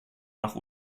nach